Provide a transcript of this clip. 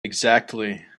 exactly